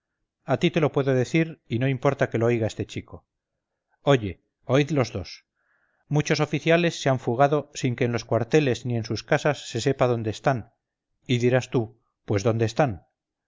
a ti te lo puedo decir y no importa que lo oiga este chico oye oíd los dos muchos oficiales se han fugado sin que en los cuarteles ni en sus casas se sepa dónde están y dirás tú pues dónde están